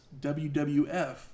WWF